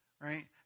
right